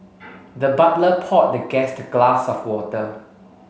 the butler poured the guest a glass of water